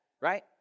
right